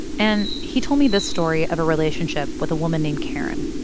and he told me this story of a relationship with a woman named karen.